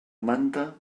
manta